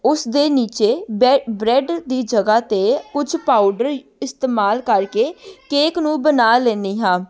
ਉਸ ਦੇ ਨੀਚੇ ਬੈ ਬ੍ਰੈੱਡ ਦੀ ਜਗ੍ਹਾ 'ਤੇ ਕੁਛ ਪਾਊਡਰ ਇਸਤੇਮਾਲ ਕਰਕੇ ਕੇਕ ਨੂੰ ਬਣਾ ਲੈਂਦੀ ਹਾਂ